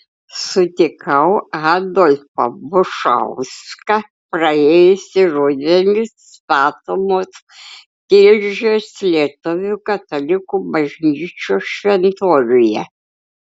sutikau adolfą bušauską praėjusį rudenį statomos tilžės lietuvių katalikų bažnyčios šventoriuje